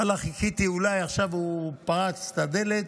ואללה, חיכיתי, אולי עכשיו הוא פרץ את הדלת